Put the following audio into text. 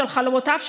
של חלומותיו,